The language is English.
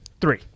Three